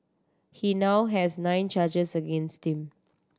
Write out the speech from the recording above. he now has nine charges against him